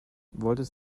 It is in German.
wolltest